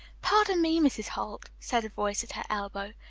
pardon me, mrs. holt, said a voice at her elbow,